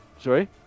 Sorry